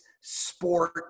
sport